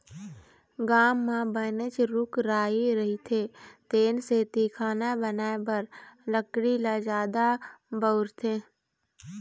गाँव म बनेच रूख राई रहिथे तेन सेती खाना बनाए बर लकड़ी ल जादा बउरथे